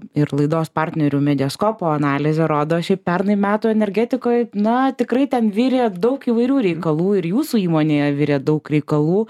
ir laidos partnerių mediaskopo analizė rodo šiaip pernai metų energetikoj na tikrai ten virė daug įvairių reikalų ir jūsų įmonėje virė daug reikalų